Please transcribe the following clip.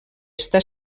està